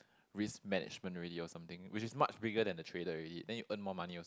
risk management already or something which is much bigger than the trader already then you earn more money or so